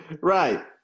right